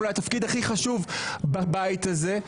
אולי התפקיד הכי חשוב בבית הזה.